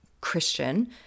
Christian